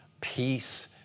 peace